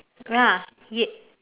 ah ye~